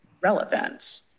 relevant